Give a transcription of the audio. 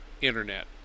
Internet